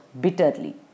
bitterly